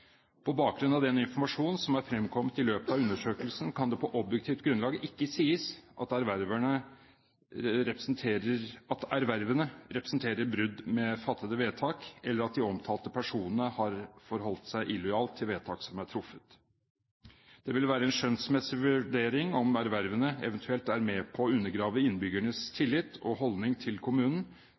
På bakgrunn av den informasjon som er fremkommet i løpet av undersøkelsen kan det på objektivt grunnlag ikke sies at ervervene representerer brudd med fattede vedtak, eller at de omtalte personene har forholdt seg illojalt til vedtak som er truffet. Det vil være en skjønnsmessig vurdering om ervervene eventuelt er med på å undergrave innbyggernes tillit og holdning til kommunen,